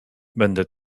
będę